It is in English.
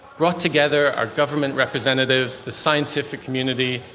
brought together are government representatives, the scientific community,